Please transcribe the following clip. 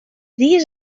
dies